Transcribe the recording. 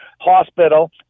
hospital